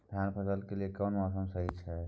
धान फसल के लिये केना मौसम सही छै?